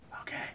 Okay